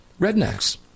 Rednecks